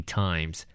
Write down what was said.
times